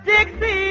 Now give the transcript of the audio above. Dixie